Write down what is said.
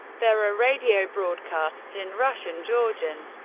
there are radio broadcasts in russian, georgian,